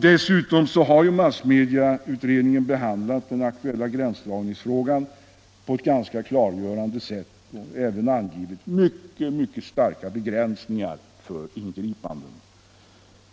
Dessutom har massmedieutredningen behandlat den aktuella gränsdragningsfrågan på ett klargörande sätt och även angivit mycket starka begränsningar för ingripanden.